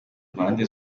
mpande